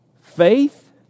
Faith